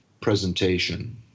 presentation